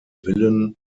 villen